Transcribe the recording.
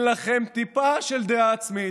אין לכם טיפה של דעה עצמית.